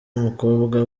umukobwa